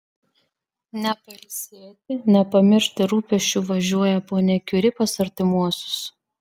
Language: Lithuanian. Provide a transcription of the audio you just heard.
ne pailsėti ne pamiršti rūpesčių važiuoja ponia kiuri pas artimuosius